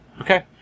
Okay